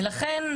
ולכן,